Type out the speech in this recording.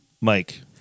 Mike